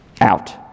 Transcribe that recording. Out